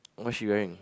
what she wearing